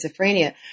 schizophrenia